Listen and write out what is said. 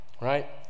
right